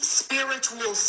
spiritual